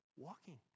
walking